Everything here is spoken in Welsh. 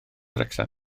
wrecsam